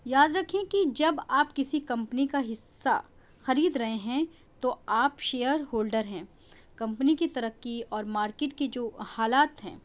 یاد رکھیں کہ جب آپ کسی کمپنی کا حصہ خرید رہے ہیں تو آپ شیئر ہولڈر ہیں کمپنی کی ترقی اور مارکیٹ کے جو حالات ہیں